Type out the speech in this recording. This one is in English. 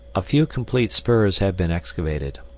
a few complete spurs have been excavated.